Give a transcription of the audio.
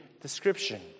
description